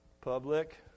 public